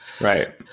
Right